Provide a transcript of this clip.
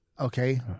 Okay